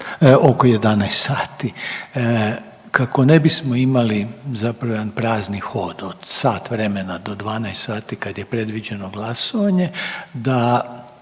oko 11 sati, kako ne bismo imali zapravo jedan prazni hod od sat vremena do 12 sati kad je predviđeno glasovanje, da